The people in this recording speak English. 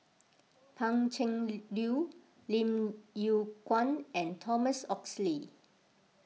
Pan Cheng Lui Lim Yew Kuan and Thomas Oxley